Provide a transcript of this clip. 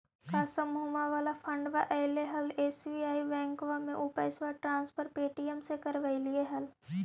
का समुहवा वाला फंडवा ऐले हल एस.बी.आई बैंकवा मे ऊ पैसवा ट्रांसफर पे.टी.एम से करवैलीऐ हल?